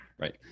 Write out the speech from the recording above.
Right